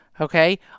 okay